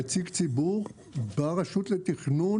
נציג ציבור ברשות לתכנון